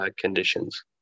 conditions